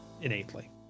innately